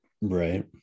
right